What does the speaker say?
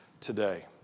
today